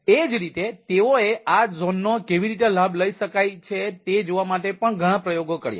એ જ રીતે તેઓએ આ ઝોનનો કેવી રીતે લાભ લઈ શકાય તે જોવા માટે ઘણા પ્રયોગો કર્યા